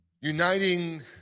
uniting